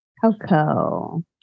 Coco